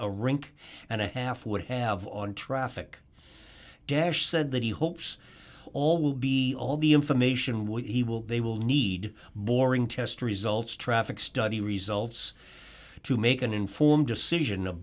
a ring and a half would have on traffic dash said that he hopes all will be all the information which he will they will need boring test results traffic study results to make an informed decision